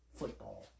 football